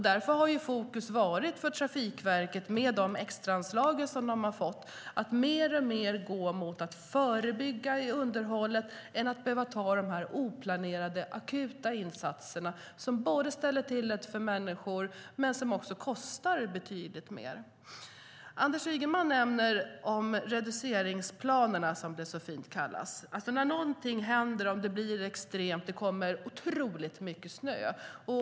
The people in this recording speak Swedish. Därför har fokus för Trafikverket, med de extraanslag som de har fått, varit att mer och mer gå mot att förebygga i fråga om underhåll än att behöva göra oplanerade, akuta insatser som ställer till det för människor och också kostar betydligt mer. Anders Ygeman nämner reduceringsplanerna, som det så fint kallas, när något händer, när det blir extremt och kommer otroligt mycket snö.